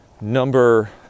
number